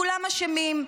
כולם אשמים,